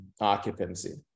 occupancy